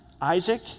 Isaac